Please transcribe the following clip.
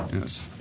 Yes